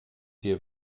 hier